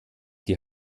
die